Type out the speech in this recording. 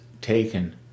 taken